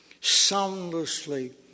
soundlessly